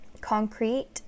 concrete